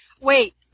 Wait